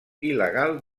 il·legal